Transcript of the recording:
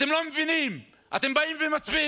אתם לא מבינים, אתם באים ומצביעים.